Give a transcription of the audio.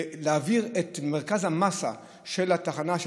עד כדי כך שנעביר את מרכז המאסה של התחנה, של